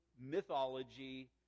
mythology